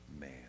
Man